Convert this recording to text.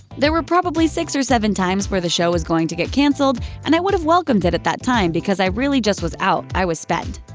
there were probably six or seven times where the show was going to get canceled and i would've welcomed it at that time because i really just was out, i was spent.